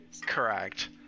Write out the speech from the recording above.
Correct